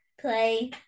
play